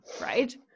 right